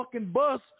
bus